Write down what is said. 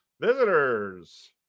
visitors